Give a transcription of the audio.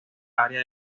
área